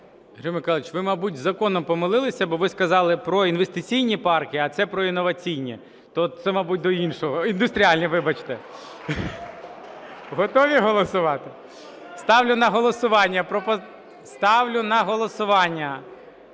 Григорій Миколайович, ви, мабуть, законом помилилися, бо ви сказали про інвестиційні парки, а це про інноваційні. То це, мабуть, до іншого. Індустріальні, вибачте. Готові голосувати? Ставлю на голосування